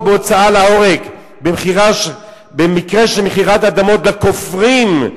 בהוצאת להורג במקרה של מכירת אדמות לכופרים,